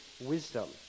wisdom